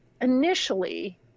initially